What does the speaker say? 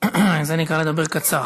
זה נקרא לדבר קצר.